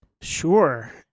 Sure